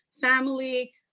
family